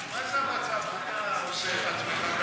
מה אתה עושה את עצמך,